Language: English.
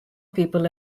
people